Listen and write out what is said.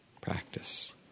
practice